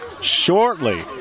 shortly